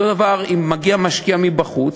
אותו דבר, אם מגיע משקיע מבחוץ.